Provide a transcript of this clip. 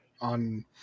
on –